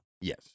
Yes